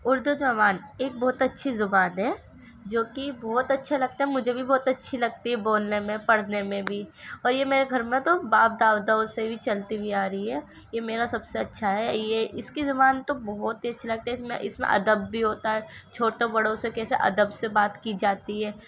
اردو زبان ایک بہت اچھی زبان ہے جو کہ بہت اچھا لگتا ہے مجھے بھی بہت اچھی لگتی ہے بولنے میں پڑھنے میں بھی اور یہ میرے گھر میں تو باپ داداؤں سے ہی چلتی ہوئی آ رہی ہے یہ میرا سب سے اچھا ہے یہ اس کی زبان تو بہت ہی اچھی لگتی ہے اس میں اس میں ادب بھی ہوتا ہے چھوٹوں بڑوں سے کیسے ادب سے بات کی جاتی ہے